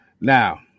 Now